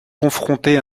confrontés